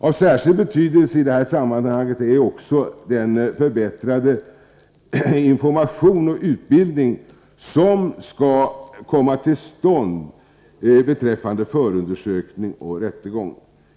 Av särskild betydelse i detta sammanhang är också den förbättrade information och utbildning som skall komma till stånd beträffande förundersökning och rättegång.